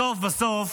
בסוף בסוף,